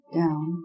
down